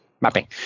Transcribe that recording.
mapping